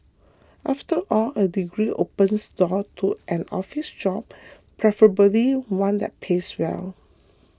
after all a degree opens door to an office job preferably one that pays well